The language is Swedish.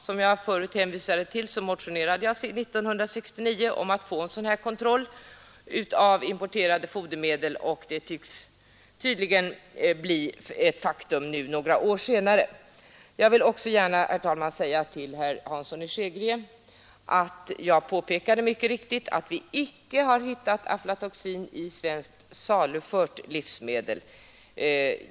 Som jag tidigare hänvisat till motionerade jag 1969 om att få till stånd en sådan här kontroll av importerade fodermedel, och nu skall den tydligen några år senare bli ett faktum. Slutligen också några ord till herr Hansson i Skegrie. Jag påpekade mycket riktigt att vi inte har hittat aflatoxin i svenskt salufört livsmedel.